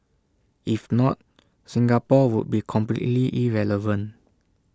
if not Singapore would be completely irrelevant